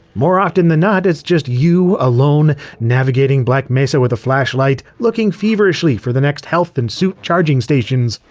more often than not, it's just you alone navigating black mesa with a flashlight, looking feverishly for the next health and suit charging stations.